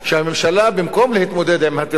במקום להתמודד עם הטיעונים של אחרים,